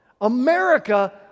America